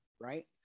Right